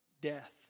death